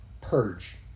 purge